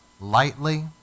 lightly